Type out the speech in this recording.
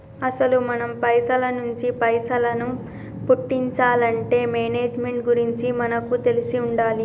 అసలు మనం పైసల నుంచి పైసలను పుట్టించాలంటే మేనేజ్మెంట్ గురించి మనకు తెలిసి ఉండాలి